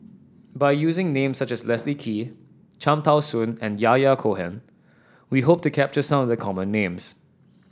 by using names such as Leslie Kee Cham Tao Soon and Yahya Cohen we hope to capture some of the common names